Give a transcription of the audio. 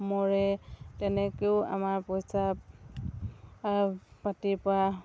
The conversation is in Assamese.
মৰে তেনেকৈয়ো আমাৰ পইচা পাতিৰপৰা